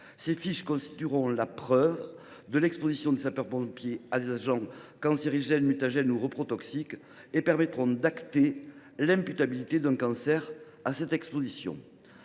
Celles ci constitueront la preuve de l’exposition des sapeurs pompiers à des agents cancérogènes, mutagènes ou reprotoxiques (CMR), ce qui permettra d’acter l’imputabilité d’un cancer à ladite exposition.